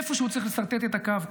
איפשהו צריך לסרטט את הקו.